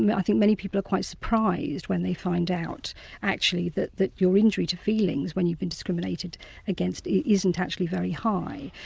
but i think many people are quite surprised when they find out actually that that your injury to feelings, when you've been discriminated against, isn't actually very high.